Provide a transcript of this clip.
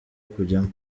kujyamo